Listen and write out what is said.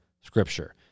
Scripture